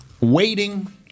waiting